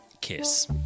Kiss